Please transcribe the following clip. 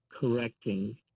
correcting